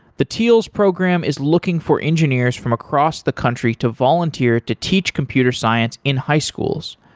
the teals program is looking for engineers from across the country to volunteer to teach computer science in high schools.